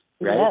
right